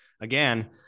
Again